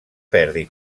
perdi